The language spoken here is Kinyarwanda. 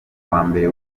wambere